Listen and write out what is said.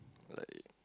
like